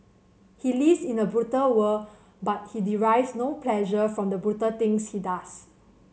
he lives in a brutal world but he derives no pleasure from the brutal things he does